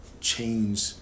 change